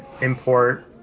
import